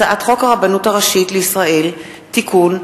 הצעת חוק הרבנות הראשית לישראל (תיקון,